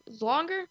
longer